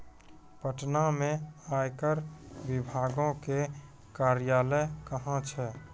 पटना मे आयकर विभागो के कार्यालय कहां छै?